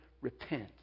repent